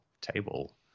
table